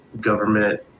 government